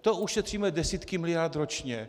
To ušetříme desítky miliard ročně.